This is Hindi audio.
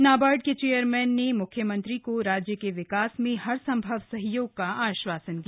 नाबार्ड के चेयरमैन ने मुख्यमंत्री को राज्य के विकास में हर संभव सहयोग का आश्वासन दिया